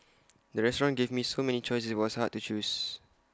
the restaurant gave me so many choices was hard to choose